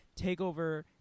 takeover